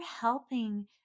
helping